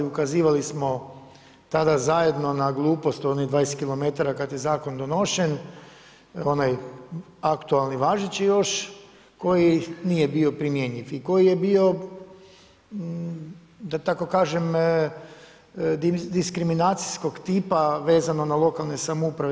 Ukazivali smo tada zajedno na glupost onih 20 km kada je zakon donošen onaj aktualni važeći još koji nije bio primjenjiv i koji je bio da tako kažem diskriminacijskog tipa vezano na lokalne samouprave.